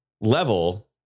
level